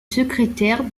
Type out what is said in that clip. secrétaire